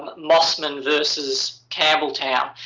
mosman versus campbelltown.